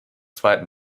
zweiten